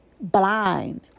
blind